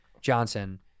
Johnson